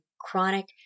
chronic